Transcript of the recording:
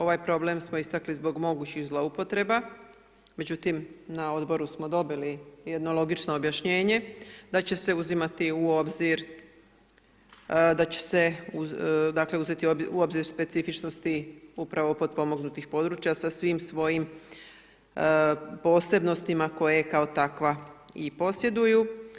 Ovaj problem smo istakli zbog mogućih zloupotreba, međutim na odboru smo dobili jedno logično objašnjenje da će se uzimati u obzir, da će se dakle uzeti u obzir specifičnosti upravo potpomognutih područja sa svim svojim posebnostima koje kao takva i posjeduju.